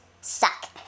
suck